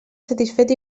satisfet